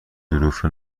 ظروف